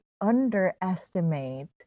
underestimate